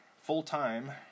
full-time